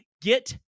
Get